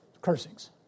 cursings